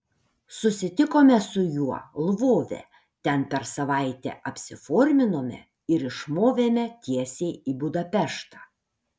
susitikome su juo lvove ten per savaitę apsiforminome ir išmovėme tiesiai į budapeštą